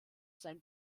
sein